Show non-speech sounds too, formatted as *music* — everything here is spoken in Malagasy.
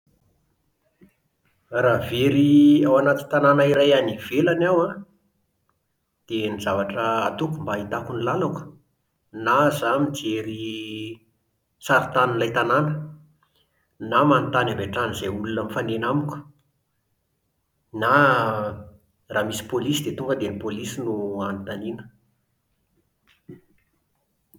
Raha very *hesitation* ao anaty tanàna iray any ivelany aho an, dia ny zavatra ataoko mba hahitako ny làlako, na izaho mijery *hesitation* sarintanin'ilay tanàna, na manontany avy hatrany izay olona mifanena amiko, na a *hesitation* raha misy pôlisy dia tonga dia ny pôlisy no *hesitation* anontaniana